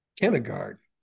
kindergarten